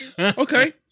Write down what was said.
Okay